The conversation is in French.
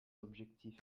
objectifs